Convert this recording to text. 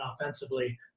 offensively